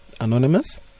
Anonymous